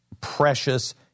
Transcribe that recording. precious